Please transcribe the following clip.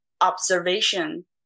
observation